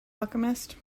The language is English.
alchemist